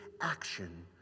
action